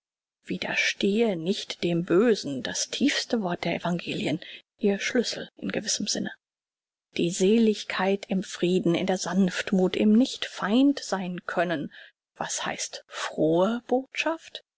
widerstehe nicht dem bösen das tiefste wort der evangelien ihr schlüssel in gewissem sinne die seligkeit im frieden in der sanftmuth im nicht feind seinkönnen was heißt frohe botschaft